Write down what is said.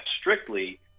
strictly